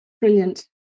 Brilliant